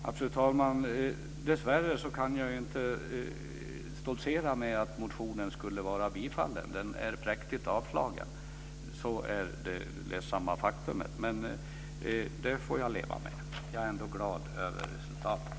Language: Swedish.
Fru talman! Dessvärre kan jag inte stoltsera med att motionen skulle vara biträdd. Den är präktigt avslagen. Det är det ledsamma faktumet, men det får jag leva med. Jag är ändå glad över resultatet.